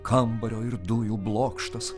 kambario ir dujų blokštas